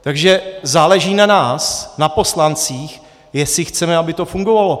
Takže záleží na nás, na poslancích, jestli chceme, aby to fungovalo.